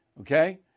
Okay